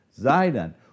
Zidon